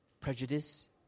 prejudice